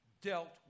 dealt